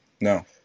no